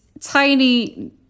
tiny